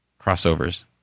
crossovers